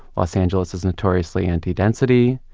los angeles is notoriously anti-density.